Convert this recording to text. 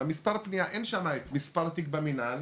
במספר פנייה אין שם את מספר התיק במינהל